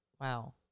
wow